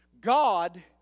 God